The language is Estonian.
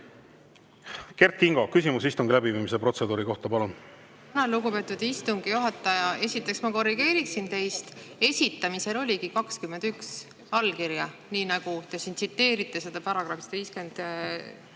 Kert Kingo, küsimus istungi läbiviimise protseduuri kohta, palun!